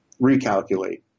recalculate